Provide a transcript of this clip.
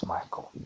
Michael